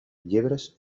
llebres